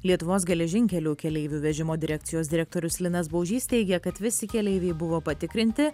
lietuvos geležinkelių keleivių vežimo direkcijos direktorius linas baužys teigė kad visi keleiviai buvo patikrinti